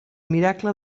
miracle